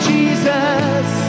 Jesus